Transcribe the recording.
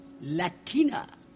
Latina